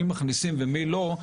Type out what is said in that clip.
את מי מכניסים ואת מי לא,